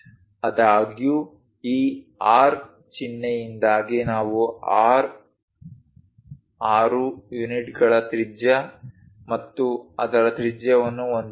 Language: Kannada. ಆದಾಗ್ಯೂ ಈ R ಚಿಹ್ನೆಯಿಂದಾಗಿ ನಾವು 6 ಯೂನಿಟ್ಗಳ ತ್ರಿಜ್ಯ ಮತ್ತು ಅದರ ತ್ರಿಜ್ಯವನ್ನು ಹೊಂದಿದ್ದೇವೆ